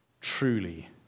truly